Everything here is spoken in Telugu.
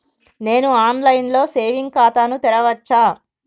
నేను ఆన్ లైన్ లో సేవింగ్ ఖాతా ను తెరవచ్చా?